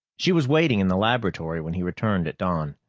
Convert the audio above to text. she was waiting in the laboratory when he returned at dawn.